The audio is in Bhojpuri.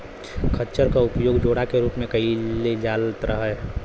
खच्चर क उपयोग जोड़ा के रूप में कैईल जात रहे